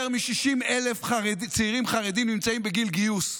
יותר מ-60,000 צעירים חרדים נמצאים בגיל גיוס.